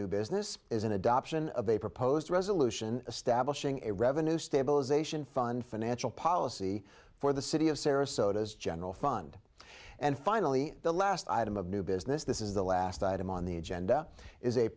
new business is an adoption of a proposed resolution establishing a revenue stabilization fund financial policy for the city of sarasota as general fund and finally the last item of new business this is the last item on the agenda is a